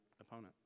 opponent